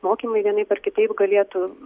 mokymai vienaip ar kitaip galėtų